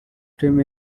team